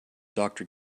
doctor